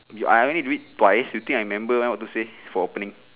I only do it twice you think I remember meh what to say for opening